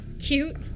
Cute